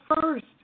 first